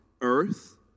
earth